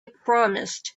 promised